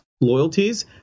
loyalties